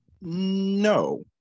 No